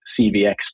CVX